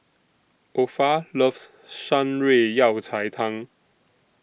Opha loves Shan Rui Yao Cai Tang